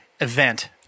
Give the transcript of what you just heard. event